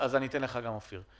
אז אני אתן גם לך, אופיר.